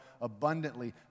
abundantly